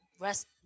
rest